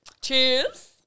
Cheers